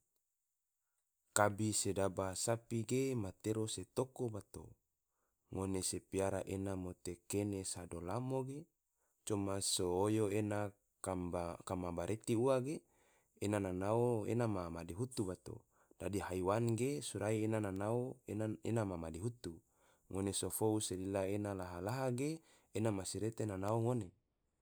Kabi sedaba sapi ge matero se toko bato, ngone se piara ene mote kene sodo lamo ge, coma so oyo ena kama barenti ua ge, ena na nao ena ma madihutu bato, dadi haiwan ge, sorai ena na nao ena ma madihutu, ngone so fou se lila ena laha-laha ge, ena masirete na nao ngone